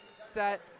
set